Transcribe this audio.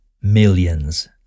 millions